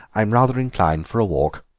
i'm rather inclined for a walk.